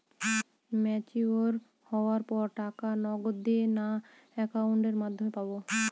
Mature হওয়ার পর টাকা নগদে না অ্যাকাউন্টের মাধ্যমে পাবো?